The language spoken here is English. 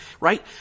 right